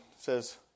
says